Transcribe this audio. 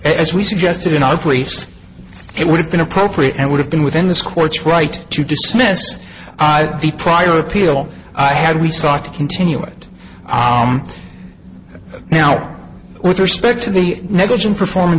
as we suggested in our place it would have been appropriate and would have been within this court's right to dismiss the prior appeal i had we sought to continue it now with respect to the negligent performance